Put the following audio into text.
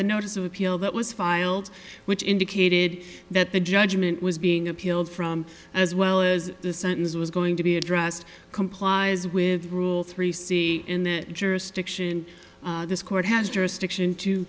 the notice of appeal that was filed which indicated that the judgment was being appealed from as well as the sentence was going to be addressed complies with rule three c in that jurisdiction this court has jurisdiction to